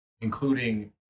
including